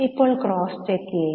ഇപ്പോൾ cross check ചെയ്യുക